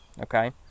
okay